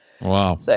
Wow